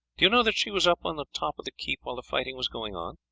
do you know that she was up on the top of the keep while the fighting was going on?